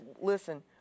listen